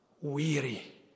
weary